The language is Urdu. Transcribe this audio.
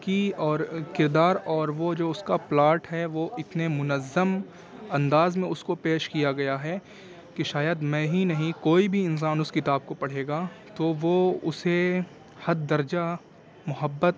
کہ اور کردار اور وہ جو اس کا پلاٹ ہے وہ اتنے منظم انداز میں اس کو پیش کیا گیا ہے کہ شاید میں ہی نہیں کوئی بھی انسان اس کتاب کو پڑھے گا تو وہ اسے حد درجہ محبت